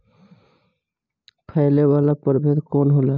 फैले वाला प्रभेद कौन होला?